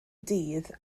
dydd